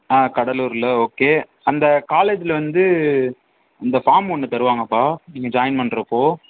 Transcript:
ஆ கடலூரில் ஓகே அந்த காலேஜில் வந்து அந்த ஃபார்ம் ஒன்று தருவாங்கப்பா நீங்கள் ஜாயின் பண்ணுறப்போ